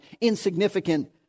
insignificant